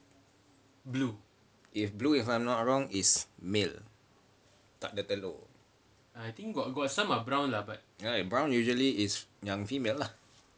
if blue if I'm not wrong is male tak ada telur ya brown usually is yang female lah